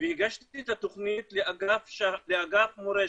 והגשתי את התוכנית לאגף מורשת.